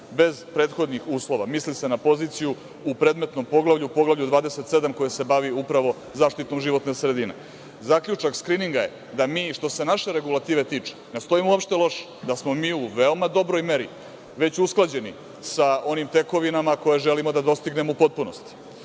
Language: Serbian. bez prethodnih uslova. Misli se na poziciju u predmetnom poglavlju, u Poglavlju 27 koje se bavi upravo zaštitom životne sredine. Zaključak skrininga je da mi što se naše regulative tiče ne stojimo uopšte loše, da smo mi u veoma dobroj meri već usklađeni sa onim tekovinama koje želimo da dostignemo u potpunosti.